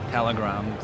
Telegram